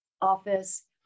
office